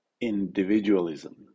individualism